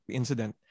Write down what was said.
incident